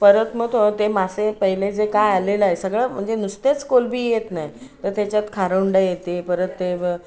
परत मग तो ते मासे पहिले जे काय आलेलं आहे सगळं म्हणजे नुसतेच कोळंबी येत नाही तर त्याच्यात खारुंडा येते परत ते